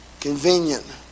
convenient